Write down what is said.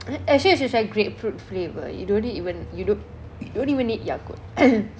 actually you should try grapefruit flavour you don't need even you don't even need yakult